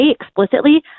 explicitly